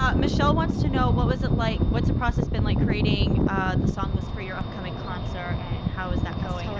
um michelle wants to know what was it like, what's the process been like creating the song list for your upcoming concert, and how is that going?